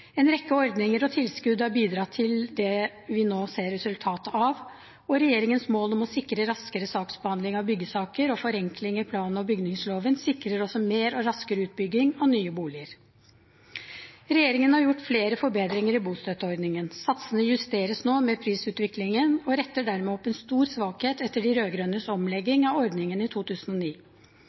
En rekke ordninger og tilskudd har bidratt til det vi nå ser resultatet av, og regjeringens mål om å sikre raskere saksbehandling av byggesaker og forenklinger i plan- og bygningsloven sikrer også mer og raskere utbygging av nye boliger. Regjeringen har gjort flere forbedringer i bostøtteordningen. Satsene justeres nå med prisutviklingen og retter dermed opp en stor svakhet etter de rød-grønnes omlegging av ordningen i 2009.